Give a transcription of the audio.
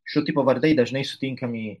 šio tipo vardai dažnai sutinkami